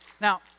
Now